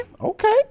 Okay